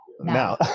Now